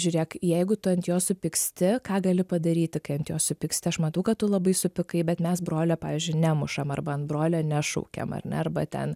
žiūrėk jeigu tu ant jo supyksti ką gali padaryti kai ant jo supyksti aš matau kad tu labai supykai bet mes brolio pavyzdžiui nemušam arba ant brolio nešaukiam ar ne arba ten